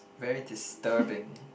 very disturbing